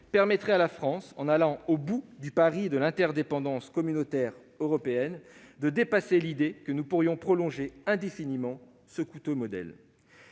permettrait à la France, en allant au bout du pari de l'interdépendance communautaire européenne, de dépasser l'idée selon laquelle nous pourrions prolonger indéfiniment ce coûteux modèle.